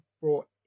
brought